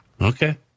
Okay